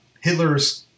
Hitler's